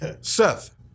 Seth